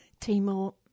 Timor